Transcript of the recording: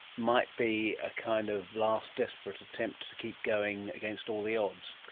might be a kind of last desperate attempt to keep going against all the odds.